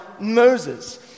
Moses